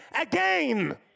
again